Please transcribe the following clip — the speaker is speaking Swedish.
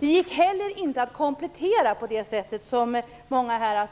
Det gick inte heller att komplettera på det sätt som många här har